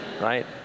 right